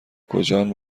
کجان